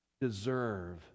deserve